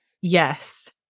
Yes